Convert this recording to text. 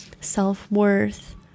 self-worth